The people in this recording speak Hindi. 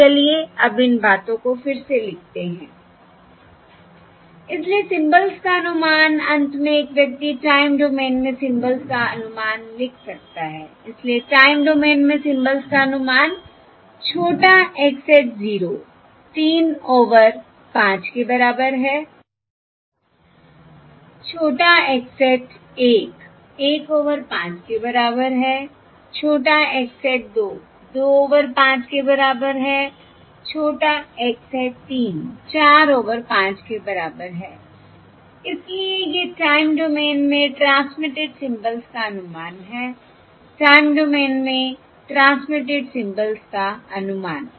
तो चलिए अब इन बातों को फिर से लिखते हैंi इसलिए सिम्बल का अनुमान अंत में एक व्यक्ति टाइम डोमेन में सिम्बल का अनुमान लिख सकता है इसलिए टाइम डोमेन में सिम्बल का अनुमान छोटा x hat 0 3 ओवर 5 के बराबर है छोटा x hat 1 1 ओवर 5 के बराबर है छोटा x hat 2 2 ओवर 5 के बराबर है छोटा x hat 3 4ओवर 5 के बराबर है इसलिए ये टाइम डोमेन में ट्रांसमिटेड सिम्बल्स का अनुमान है टाइम डोमेन में ट्रांसमिटेड सिम्बल्स का अनुमान